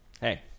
Hey